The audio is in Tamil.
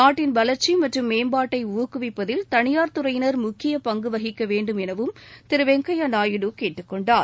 நாட்டின் வளர்ச்சி மற்றும் மேம்பாட்டை ஊக்குவிப்பதில் தனியார் துறையினர் முக்கிய பங்கு வகிக்க வேண்டும் எனவும் திரு வெங்கையா நாயுடு கேட்டுக்கொண்டார்